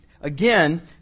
again